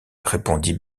répondit